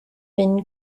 been